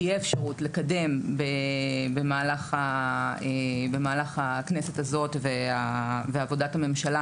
תהיה אפשרות לקדם במהלך הכנסת הזאת ועבודת הממשלה